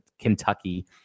Kentucky